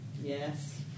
Yes